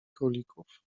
królików